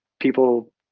people